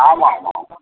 ஆமாம் ஆமாம் ஆமாம்